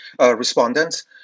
respondents